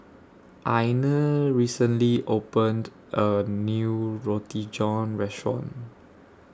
Ina recently opened A New Roti John Restaurant